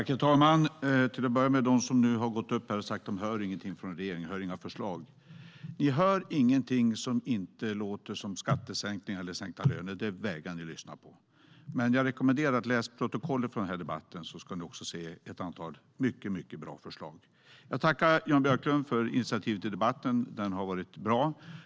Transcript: Herr talman! Till att börja med vänder jag mig till dem som har gått upp i debatten och sagt att de inte hör några förslag från regeringen. Ni hör ingenting som inte låter som skattesänkningar eller sänkta löner! Annat vägrar ni ju att lyssna på. Men jag rekommenderar er att läsa protokollet från den här debatten. Då kommer ni att se ett antal mycket bra förslag. Jag tackar Jan Björklund för initiativet till debatten. Den har varit bra.